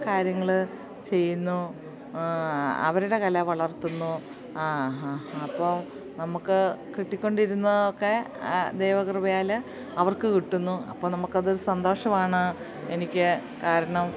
കാര്യങ്ങൾ ചെയ്യുന്നു അവരുടെ കല വളർത്തുന്നു അപ്പം നമുക്ക് കിട്ടിക്കൊണ്ടിരുന്നതൊക്കെ ദൈവകൃപയാൽ അവർക്ക് കിട്ടുന്നു അപ്പം നമുക്കതൊരു സന്തോഷമാണ് എനിക്ക് കാരണം